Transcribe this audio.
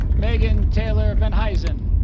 megan taylor venhuizen